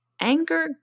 anger